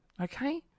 okay